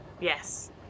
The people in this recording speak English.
Yes